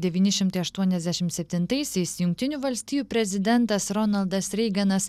devyni šimtai aštuoniasdešimt septintaisiais jungtinių valstijų prezidentas ronaldas reiganas